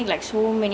ya